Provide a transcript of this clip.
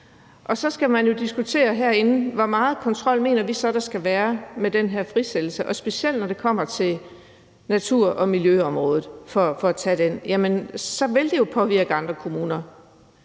Og så skal man jo diskutere herinde, hvor meget kontrol vi så mener der skal være med den her frisættelse, specielt når det kommer til natur- og miljøområdet. Det er for at tage det som eksempel. Jamen så vil det jo påvirke andre kommuner.